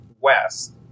west